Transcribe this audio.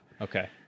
Okay